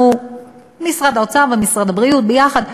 משרד האוצר ומשרד הבריאות יחד,